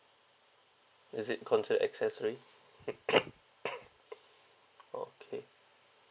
is it considered accessory okay